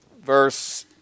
Verse